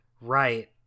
Right